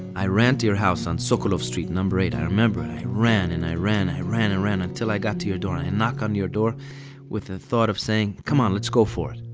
i ran to your house on sokolov street number eight, i remember it i ran and i ran and i ran and ran until i got to your door, i and knock on your door with the thought of saying come on, let's go for it!